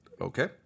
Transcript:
Okay